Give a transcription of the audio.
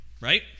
right